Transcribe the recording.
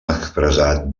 expressat